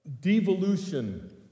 devolution